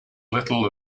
little